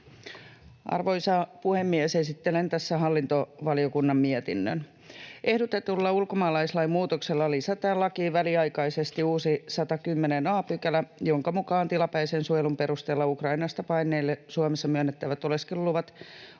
Arvoisa puhemies! Esittelen tässä hallintovaliokunnan mietinnön. Ehdotetulla ulkomaalaislain muutoksella lisätään lakiin väliaikaisesti uusi 110 a §, jonka mukaan tilapäisen suojelun perusteella Ukrainasta paenneille Suomessa myönnettävät oleskeluluvat ovat